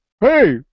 Hey